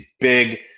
big